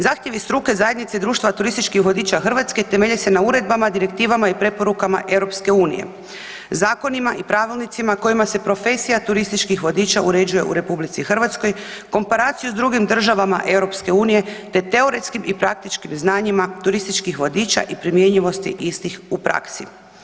Zahtjevi struke, zajednice i društva turističkih vodiča Hrvatske temelje se na uredbama, direktivama i preporukama EU, zakonima i pravilnicima kojima se profesija turističkih vodiča uređuje u RH, komparaciju s drugim državama EU te teoretskim i praktičkim znanjima turističkih vodiča i primjenjivosti istih u praksi.